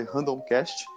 Randomcast